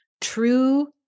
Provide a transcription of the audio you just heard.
true